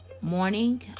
morning